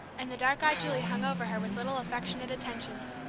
and the dark-eyed julie hung over her with little affectionate attentions.